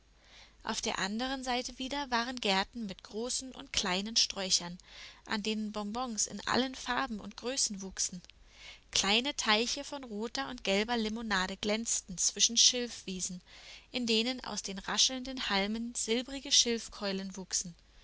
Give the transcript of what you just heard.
auf der andern seite wieder waren gärten mit großen und kleinen sträuchern an denen bonbons in allen farben und größen wuchsen kleine teiche von roter und gelber limonade glänzten zwischen schilfwiesen in denen aus den raschelnden halmen silbrige schilfkeulen wuchsen